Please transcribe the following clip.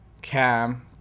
cam